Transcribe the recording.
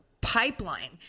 pipeline